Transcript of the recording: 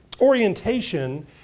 orientation